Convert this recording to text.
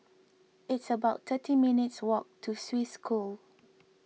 it's about thirty minutes' walk to Swiss School